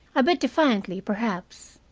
a bit defiantly, perhaps.